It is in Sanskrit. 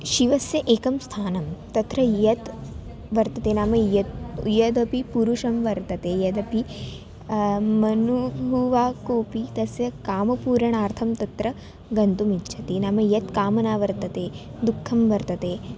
शिवस्य एकं स्थानं तत्र यत् वर्तते नाम यत् यदपि पुरुषः वर्तते यदपि मनुः वा कोऽपि तस्य कामपूरणार्थं तत्र गन्तुम् इच्छति नाम या कामना वर्तते दुःखं वर्तते